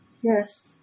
Yes